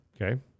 Okay